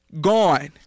gone